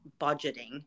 budgeting